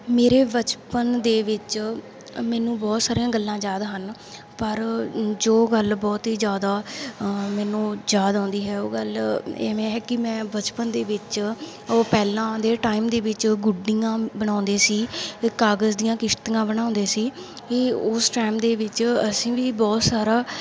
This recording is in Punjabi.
ਮੇਰੇ ਬਚਪਨ ਦੇ ਵਿੱਚ ਮੈਨੂੰ ਬਹੁਤ ਸਾਰੀਆਂ ਗੱਲਾਂ ਯਾਦ ਹਨ ਪਰ ਜੋ ਗੱਲ ਬਹੁਤ ਹੀ ਜ਼ਿਆਦਾ ਮੈਨੂੰ ਯਾਦ ਆਉਂਦੀ ਹੈ ਉਹ ਗੱਲ ਇਵੇਂ ਹੈ ਕਿ ਮੈਂ ਬਚਪਨ ਦੇ ਵਿੱਚ ਉਹ ਪਹਿਲਾਂ ਦੇ ਟਾਈਮ ਦੇ ਵਿੱਚ ਗੁੱਡੀਆਂ ਬਣਾਉਂਦੇ ਸੀ ਕਾਗਜ਼ ਦੀਆਂ ਕਿਸ਼ਤੀਆਂ ਬਣਾਉਂਦੇ ਸੀ ਕਿ ਉਸ ਟਾਈਮ ਦੇ ਵਿੱਚ ਅਸੀਂ ਵੀ ਬਹੁਤ ਸਾਰਾ